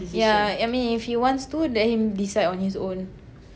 yeah I mean if he wants to let him decide on his own